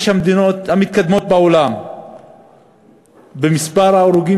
המדינות המתקדמות בעולם במספר ההרוגים,